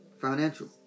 Financial